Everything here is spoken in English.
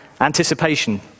anticipation